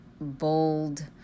bold